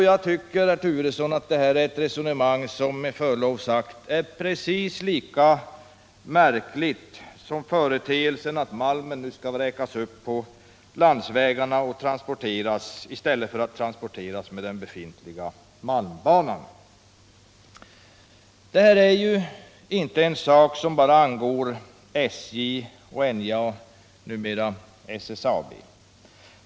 Jag tycker, herr Turesson, att detta är ett resonemang som som med förlov sagt är precis lika märkligt som företeelsen att malmen nu skall vräkas upp på landsvägarna i stället för att transporteras på den befintliga malmbanan. Detta är inte en sak som bara angår SJ och NJA —- numera SSAB.